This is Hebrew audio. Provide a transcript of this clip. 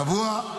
קבוע.